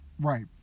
right